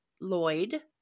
Lloyd